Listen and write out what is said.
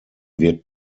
wird